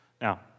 Now